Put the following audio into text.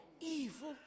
evil